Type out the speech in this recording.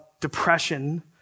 depression